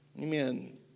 amen